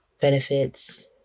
benefits